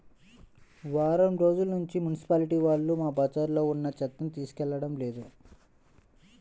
వారం రోజుల్నుంచి మున్సిపాలిటీ వాళ్ళు మా బజార్లో ఉన్న చెత్తని తీసుకెళ్లడం లేదు